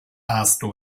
ahaztu